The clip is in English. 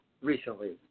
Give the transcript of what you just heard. recently